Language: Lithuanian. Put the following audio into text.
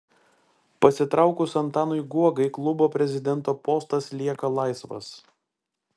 pasitraukus antanui guogai klubo prezidento postas lieka laisvas